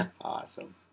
Awesome